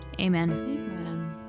Amen